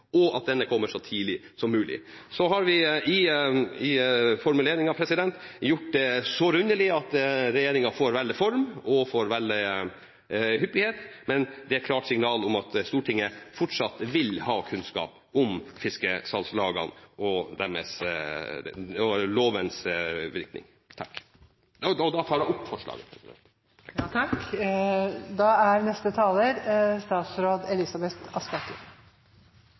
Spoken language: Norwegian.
og at denne kommer så tidlig som mulig.» Så har vi i formuleringen gjort det så rundelig at regjeringen får velge form og hyppighet, men det er et klart signal om at Stortinget fortsatt vil ha kunnskap om fiskesalgslagene og lovens virkning. Jeg tar herved opp Høyres forslag. Representanten Frank Bakke-Jensen har tatt opp det forslaget